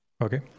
okay